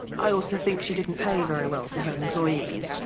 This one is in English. i also think she didn't pay very well to her employees,